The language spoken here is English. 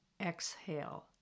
exhale